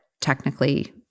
technically